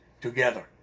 together